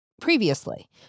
previously